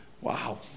wow